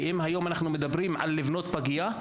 אם היום אנחנו מדברים על בניית פגייה,